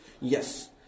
Yes